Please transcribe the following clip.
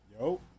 Yo